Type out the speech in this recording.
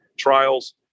Trials